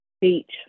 Beach